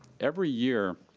every year,